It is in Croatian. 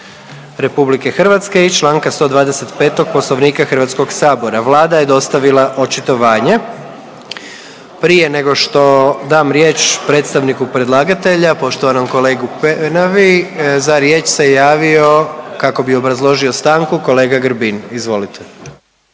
116. Ustava RH i čl. 125. Poslovnika HS. Vlada je dostavila očitovanje. Prije nego što dam riječ predstavniku predlagatelja poštovanom kolegi Penavi za riječ se javio kako bi obrazložio stanku kolega Grbin, izvolite.